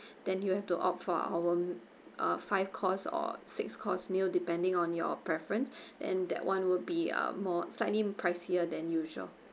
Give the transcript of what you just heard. then you have to opt for our uh five course or six course meal depending on your preference then that one would be uh more slightly pricier than usual